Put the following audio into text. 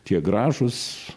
tie gražūs